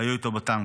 היו איתו בטנק.